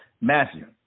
Matthew